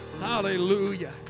hallelujah